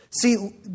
See